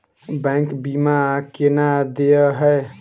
Bank बीमा केना देय है?